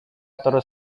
terus